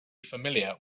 familiar